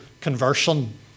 conversion